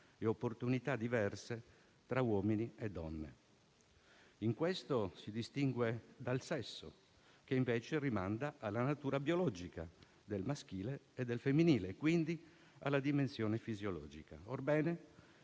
e opportunità diverse tra uomini e donne. In questo si distingue dal sesso che invece rimanda alla natura biologica del maschile e del femminile, quindi alla dimensione fisiologica. Orbene,